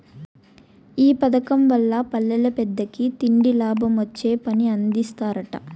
ఈ పదకం వల్ల పల్లెల్ల పేదలకి తిండి, లాభమొచ్చే పని అందిస్తరట